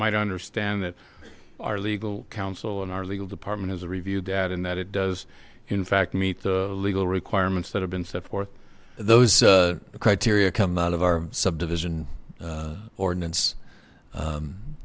might understand that our legal counsel in our legal department has a review dad and that it does in fact meet the legal requirements that have been set forth those criteria come out of our subdivision ordinance